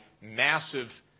massive